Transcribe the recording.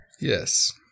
Yes